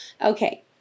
Okay